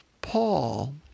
Paul